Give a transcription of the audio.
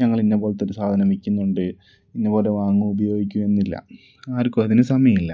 ഞങ്ങൾ ഇന്ന പോലത്തൊരു സാധനം വിൽക്കുന്നുണ്ട് ഇന്നപോലെ വാങ്ങു ഉപയോഗിക്കു എന്നില്ല ആർക്കും അതിന് സമയില്ല